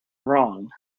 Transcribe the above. wrong